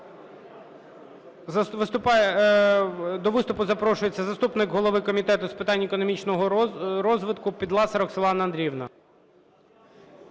До виступу запрошується заступник голови Комітету з питань економічного розвитку Підласа Роксолана Андріївна.